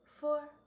four